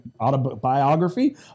autobiography